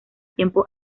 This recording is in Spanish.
tiempo